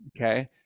Okay